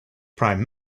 prime